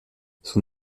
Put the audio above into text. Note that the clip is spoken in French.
son